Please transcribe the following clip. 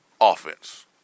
offense